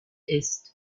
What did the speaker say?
ist